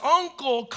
uncle